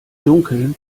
dunkeln